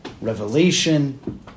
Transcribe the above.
revelation